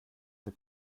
für